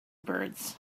birds